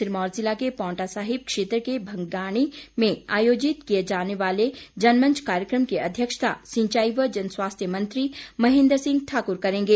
सिरमौर जिला के पावंटा साहिब क्षेत्र के भंगाणी में आयोजित किए जाने वाले जनमंच कार्यक्रम की अध्यक्षता सिंचाई व जनस्वास्थ्य मंत्री महेंद्र सिंह ठाकूर करेंगे